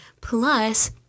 Plus